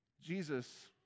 Jesus